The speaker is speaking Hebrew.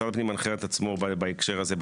משרד הפנים מנחה את עצמו בהקשר הזה,